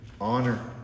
honor